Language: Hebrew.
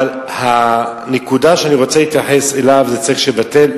אבל הנקודה שאני רוצה להתייחס אליה היא שצריך לבטל